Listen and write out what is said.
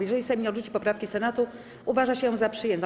Jeżeli Sejm nie odrzuci poprawki Senatu, uważa się ją za przyjętą.